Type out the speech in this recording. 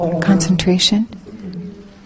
concentration